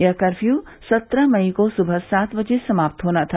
यह कर्फ्यू सत्रह मई को सुबह सात बजे समाप्त होना था